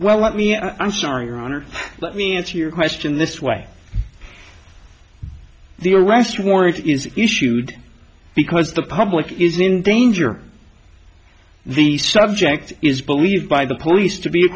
well let me i'm sorry your honor let me answer your question this way the arrest warrant is issued because the public is in danger the subject is believed by the police to be a